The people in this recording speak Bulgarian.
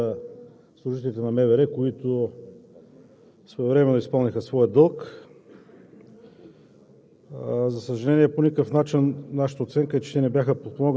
и аз ще се присъединя към поздравленията за служителите на МВР, които своевременно изпълниха своя дълг.